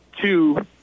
two